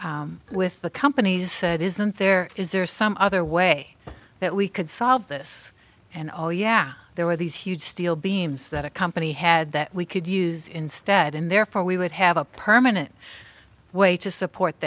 conversation with the companies that isn't there is there some other way that we could solve this and oh yeah there were these huge steel beams that a company had that we could use instead and therefore we would have a permanent way to support